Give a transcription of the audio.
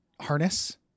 harness